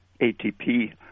ATP